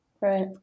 Right